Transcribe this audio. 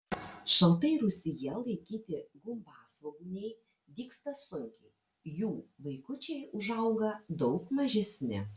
šaltai rūsyje laikyti gumbasvogūniai dygsta sunkiai jų vaikučiai užauga daug mažesni